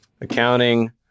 accounting